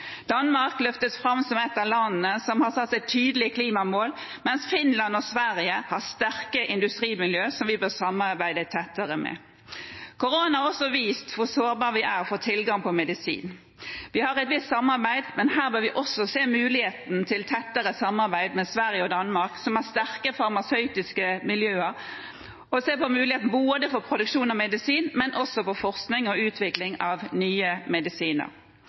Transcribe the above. Danmark løftes fram som et av landene som har satt seg tydelige klimamål, mens Finland og Sverige har sterke industrimiljøer som vi bør samarbeide tettere med. Korona har også vist hvor sårbare vi er for tilgang på medisin. Vi har et visst samarbeid, men her bør vi også se muligheten til tettere samarbeid med Sverige og Danmark, som har sterke farmasøytiske miljøer, og se på muligheten for produksjon av medisin, men også forskning og utvikling av nye medisiner.